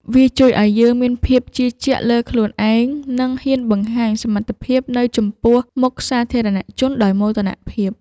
វាជួយឱ្យយើងមានភាពជឿជាក់លើខ្លួនឯង និងហ៊ានបង្ហាញសមត្ថភាពនៅចំពោះមុខសាធារណជនដោយមោទនភាព។